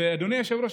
ואדוני היושב-ראש,